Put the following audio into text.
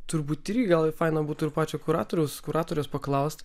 turbūt irgi gal faina būtų irpačio kuratoriaus kuratoriaus paklaust